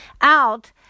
out